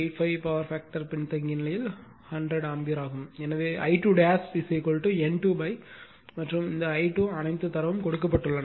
85 power factor பின்தங்கிய நிலையில் 100 ampere ஆகும் எனவே I2 N2 மற்றும் I2 அனைத்து தரவும் கொடுக்கப்பட்டுள்ளன